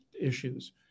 issues